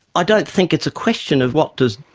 i don't think it's a question of what does,